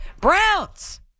Browns